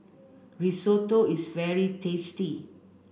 Risotto is very tasty